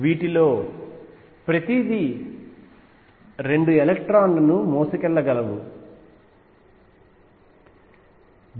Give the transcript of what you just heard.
వీటిలో ప్రతీదీ 2 ఎలక్ట్రాన్ లను కలిగి ఉంటుంది